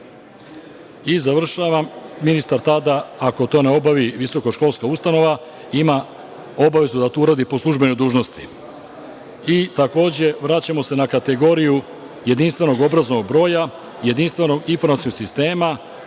studenta. Završavam, ministar tada, ako to ne obavi visokoškolska ustanova, ima obavezu da to uradi po službenoj dužnosti. Takođe, vraćamo se na kategoriju jedinstvenog obrazovnog broja, jedinstvenog informacionog sistema